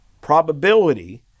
probability